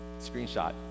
screenshot